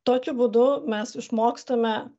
tokiu būdu mes išmokstame